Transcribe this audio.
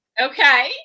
Okay